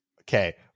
Okay